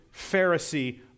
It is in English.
Pharisee